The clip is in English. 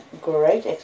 Great